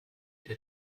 der